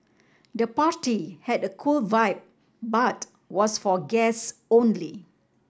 the party had a cool vibe but was for guests only